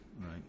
right